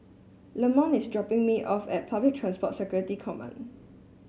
Lamont is dropping me off at Public Transport Security Command